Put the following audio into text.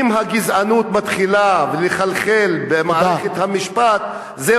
אם הגזענות מתחילה לחלחל במערכת המשפט, תודה.